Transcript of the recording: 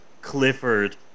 Clifford